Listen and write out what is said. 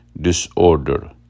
disorder